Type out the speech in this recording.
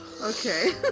Okay